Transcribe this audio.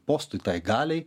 postui tai galiai